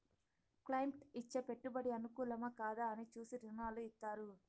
client ఇచ్చే పెట్టుబడి అనుకూలమా, కాదా అని చూసి రుణాలు ఇత్తారు